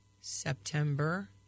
September